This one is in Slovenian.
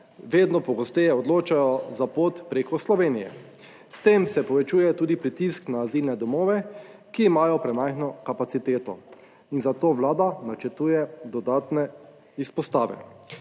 vedno pogosteje odločajo za pot preko Slovenije, s tem se povečuje tudi pritisk na azilne domove, ki imajo premajhno kapaciteto in zato Vlada načrtuje dodatne izpostave.